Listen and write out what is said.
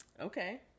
Okay